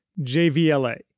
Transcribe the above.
JVLA